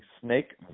snake